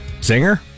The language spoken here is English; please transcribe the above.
Zinger